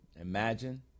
imagine